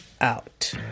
out